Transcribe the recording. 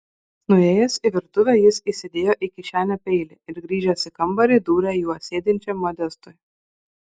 nuėjęs į virtuvę jis įsidėjo į kišenę peilį ir grįžęs į kambarį dūrė juo sėdinčiam modestui